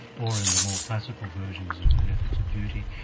or in the more classical versions of the ethics of duty,